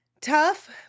Tough